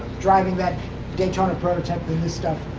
driving that daytona prototype than this stuff.